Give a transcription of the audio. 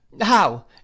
How